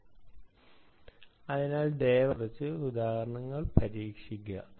അതിനാൽ ദയവായി DTW algorithm നോക്കി കുറച്ച് ഉദാഹരണങ്ങൾ പരീക്ഷിക്കുക